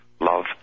love